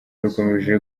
rukomeje